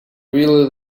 really